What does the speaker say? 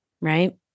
right